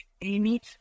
Amy